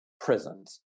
prisons